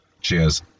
cheers